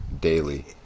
daily